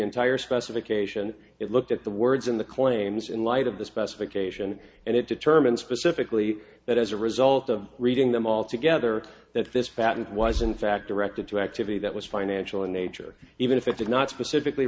entire specification it looked at the words in the claims in light of the specification and it determines specifically that as a result of reading them all together that this patent was in fact directed to activity that was financial in nature even if it did not specifically